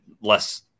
less